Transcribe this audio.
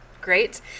great